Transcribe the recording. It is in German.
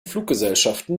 fluggesellschaften